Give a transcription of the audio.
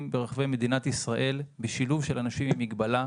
ברחבי מדינת ישראל בשילוב של אנשים עם מגבלות,